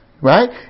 Right